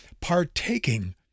partaking